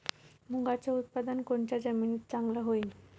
मुंगाचं उत्पादन कोनच्या जमीनीत चांगलं होईन?